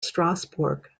strasbourg